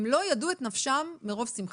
הם לא ידעו את נפשם מרוב שמחה.